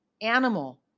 animal